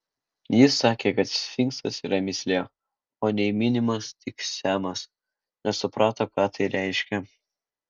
jis sakė kad sfinksas yra mįslė o ne įminimas tik semas nesuprato ką tai reiškia